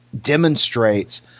demonstrates